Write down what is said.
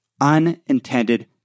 unintended